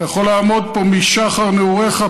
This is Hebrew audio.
אתה יכול לעמוד פה משחר נעוריך,